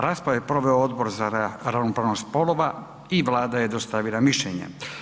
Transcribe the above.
Raspravu je proveo Odbor za ravnopravnost spolova i Vlada je dostavila mišljenje.